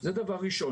זה דבר ראשון.